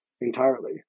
entirely